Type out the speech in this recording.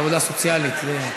בעבודה סוציאלית.